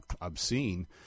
obscene